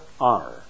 honor